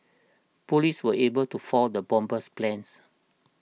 police were able to foil the bomber's plans